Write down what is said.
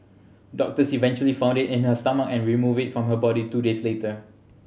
doctors eventually found it in her stomach and removed it from her body two days later